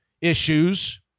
issues